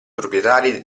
proprietari